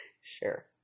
Sure